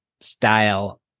style